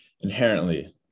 inherently